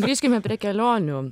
grįžkime prie kelionių